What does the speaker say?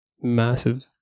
massive